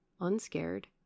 unscared